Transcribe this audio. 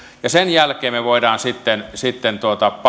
sen jälkeen me voimme sitten